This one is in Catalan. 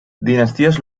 dinasties